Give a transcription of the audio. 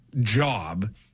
job